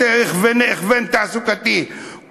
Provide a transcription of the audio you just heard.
והכוון תעסוקתי,